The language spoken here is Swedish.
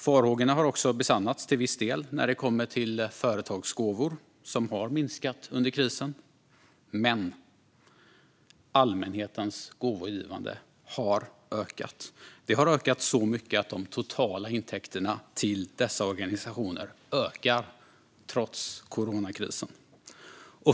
Farhågorna har också besannats till viss del när det gäller företagsgåvor, som har minskat under krisen. Men allmänhetens gåvogivande har ökat - så mycket att de totala intäkterna till dessa organisationer ökar, trots coronakrisen.